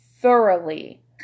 thoroughly